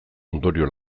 ondorio